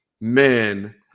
men